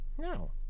no